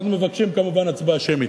אנחנו מבקשים כמובן הצבעה שמית.